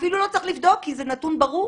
אפילו לא צריך לבדוק כי זה נתון ברור.